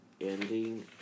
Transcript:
Ending